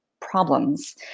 problems